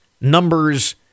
numbers